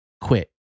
quit